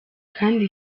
kandi